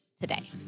today